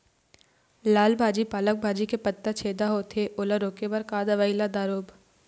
लाल भाजी पालक भाजी के पत्ता छेदा होवथे ओला रोके बर का दवई ला दारोब?